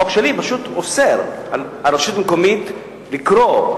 החוק שלי פשוט אוסר על רשות מקומית לקרוא,